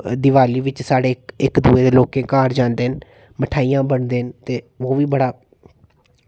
दिवाली बिच्च साढ़े इक दूए दे लोकें दे घर जांदे न मठाइयां बंडदे न ते ओह् बी बड़ा